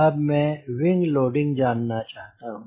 अब मैं wing loading जानना चाहता हूँ